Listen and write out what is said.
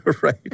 Right